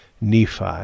Nephi